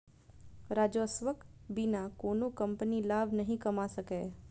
राजस्वक बिना कोनो कंपनी लाभ नहि कमा सकैए